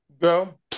Go